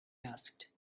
asked